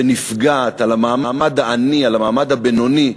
שנפגעת, על המעמד העני, על המעמד הבינוני.